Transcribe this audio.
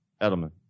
Edelman